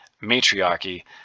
matriarchy